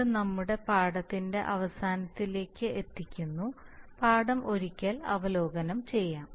അത് നമ്മുടെ പാഠത്തിന്റെ അവസാനത്തിലേക്ക് എത്തിക്കുന്നു പാഠം ഒരിക്കൽ അവലോകനം ചെയ്യാം